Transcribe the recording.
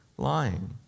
Lying